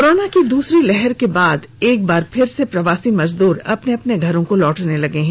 corona की दूसरी लहर के बाद एक बार फिर से प्रवासी मजदूर अपने अपने घरों को लौटने लगे हैं